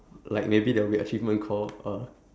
like maybe there will be achievement called a